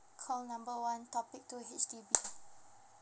call number one topic two H_D_B